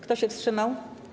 Kto się wstrzymał?